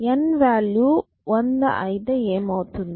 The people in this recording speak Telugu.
n వాల్యూ 100 అయితే ఏమవుతుంది